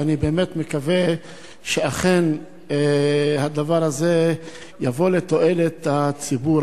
ואני באמת מקווה שאכן הדבר הזה יבוא לתועלת הציבור.